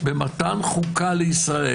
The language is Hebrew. במתן חוקה לישראל.